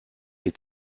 est